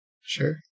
Sure